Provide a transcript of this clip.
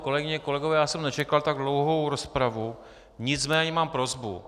Kolegyně, kolegové, já jsem nečekal tak dlouhou rozpravu, nicméně mám prosbu.